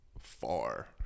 far